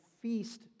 feast